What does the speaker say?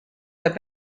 have